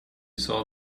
saw